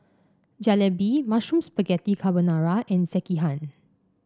Jalebi Mushroom Spaghetti Carbonara and Sekihan